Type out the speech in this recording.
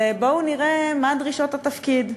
ובואו נראה מה הן דרישות התפקיד: